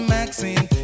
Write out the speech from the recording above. Maxine